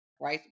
right